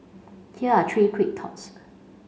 here are three quick thoughts